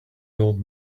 old